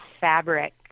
fabric